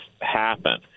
happen